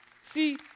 See